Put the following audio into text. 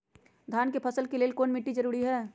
धान के फसल के लेल कौन मिट्टी जरूरी है?